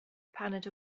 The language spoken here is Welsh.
paned